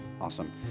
Awesome